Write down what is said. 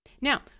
Now